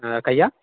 आ कहिआ